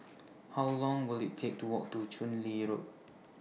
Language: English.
How Long Will IT Take to Walk to Chu Lin Road